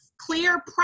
clear